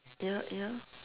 ya ya